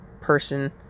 person